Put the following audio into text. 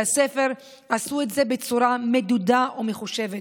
ספר עשו את זה בצורה מדודה ומחושבת,